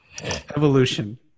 Evolution